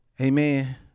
Amen